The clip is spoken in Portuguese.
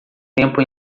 tempo